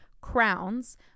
crowns